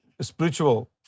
spiritual